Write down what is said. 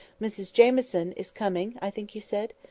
mrs jamieson is coming, i think you said?